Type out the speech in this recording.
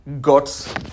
God's